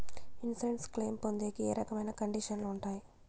Insurance claim పొందేకి ఏ రకమైన కండిషన్లు ఉంటాయి?